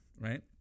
right